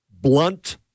blunt